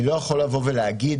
אני לא יכול לבוא ולהגיד: